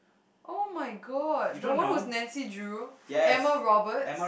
[oh]-my-god the one who's Nancy-Drew Emma-Roberts